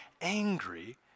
angry